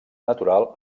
natural